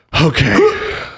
Okay